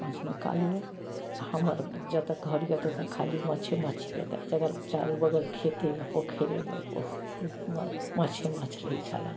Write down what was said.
माँछ निकाललहुॅं आ हमर जतऽ घर यऽ ततऽ खाली माँछे माँछ छलै चारु बगल खेते यऽ पोखरे यऽ ओहिमे माँछे माँछ रहै छलए